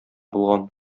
булган